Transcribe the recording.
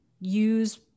use